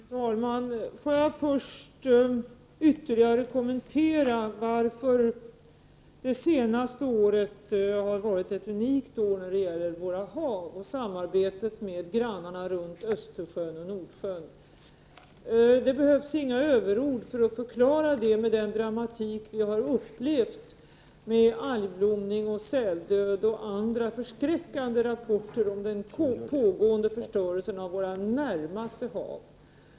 Fru talman! Får jag först ytterligare kommentera varför det senaste året varit ett unikt år när det gäller våra hav och samarbetet med grannarna runt Östersjön och Nordsjön. Det behövs inga överord för att förklara det med den dramatik vi upplevt med algblomning och säldöd och andra förskräckande rapporter om den pågående förstörelsen av våra närmaste hav.